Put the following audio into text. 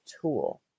tool